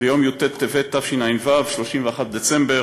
ביום י"ט בטבת תשע"ו, 31 בדצמבר,